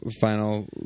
final